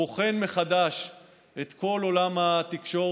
אני בוחן מחדש את כל עולם התקשורת.